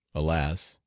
alas!